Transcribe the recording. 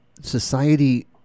society